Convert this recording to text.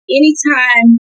anytime